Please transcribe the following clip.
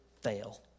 fail